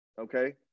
Okay